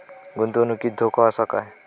गुंतवणुकीत धोको आसा काय?